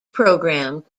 program